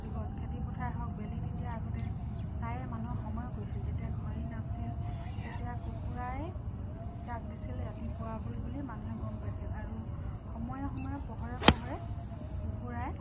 যুগত খেতি পথাৰ হওক বেলি তেতিয়া আগতে চায়ে মানুহ সময় কৈছিল যেতিয়া ঘড়ী নাছিল তেতিয়া কুকুৰাই ডাক দিছিল ৰাতিপুৱাব বুলি মানুহে গম পাইছিল আৰু সময়ে সময়ে পোহৰে পোহৰে কুকুৰাই